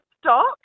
Stop